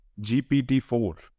GPT-4